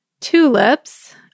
Tulips